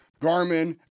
Garmin